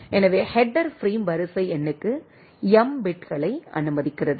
எனவே header frame வரிசை எண்ணுக்கு m பிட்களை அனுமதிக்கிறது